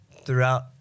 throughout